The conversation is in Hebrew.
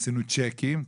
עשינו צ'קים,